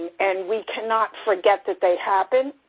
and we cannot forget that they happened,